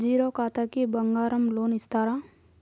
Zero ఖాతాకి బంగారం loan ఇస్తారా?